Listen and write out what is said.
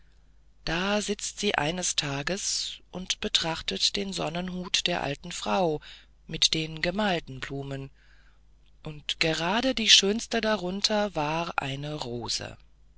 da sitzt sie eines tages und betrachtet den sonnenhut der alten frau mit den gemalten blumen und gerade die schönste darunter war eine rose